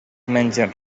mengen